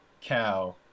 cow